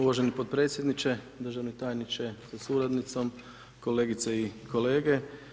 Uvaženi potpredsjedniče, državni tajniče sa suradnicom, kolegice i kolege.